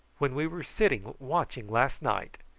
when we were sitting watching last night.